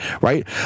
right